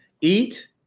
eat